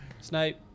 Snape